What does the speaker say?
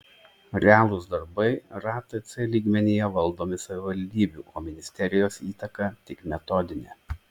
realūs darbai ratc lygmenyje valdomi savivaldybių o ministerijos įtaka tik metodinė